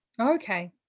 Okay